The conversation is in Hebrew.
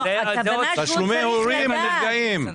תשלומי ההורים נפגעים.